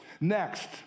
Next